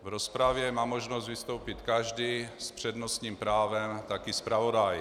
V rozpravě má možnost vystoupit každý, s přednostním právem taky zpravodaj.